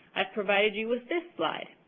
i've provided you with this slide.